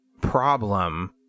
problem